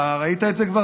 אתה ראית את זה כבר?